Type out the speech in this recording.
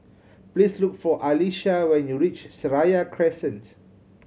please look for Alysha when you reach Seraya Crescent